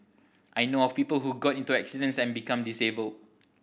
I know of people who got into accidents and become disabled